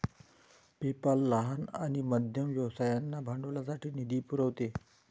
PayPal लहान आणि मध्यम व्यवसायांना भांडवलासाठी निधी पुरवते